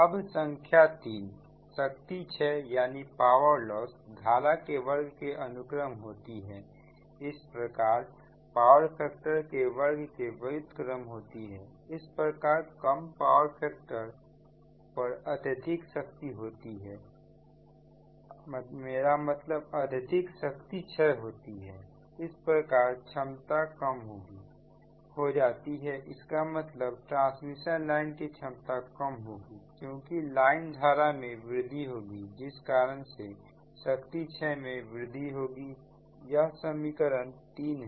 अब संख्या 3 शक्ति क्षय धारा के वर्ग के अनुक्रम होती है इस प्रकार पावर फैक्टर के वर्ग के व्युत्क्रम होती है इस प्रकार कम पावर फैक्टर पर अत्यधिक शक्ति क्षय होती है इस प्रकार क्षमता कम हो जाती है इसका मतलब ट्रांसमिशन लाइन की क्षमता कम होगी क्योंकि लाइन धारा में वृद्धि होगी जिसके कारण से शक्ति क्षय में वृद्धि होगी यह समीकरण 3 है